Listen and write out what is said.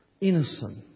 innocent